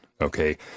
okay